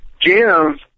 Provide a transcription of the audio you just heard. Jim